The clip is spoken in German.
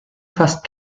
fast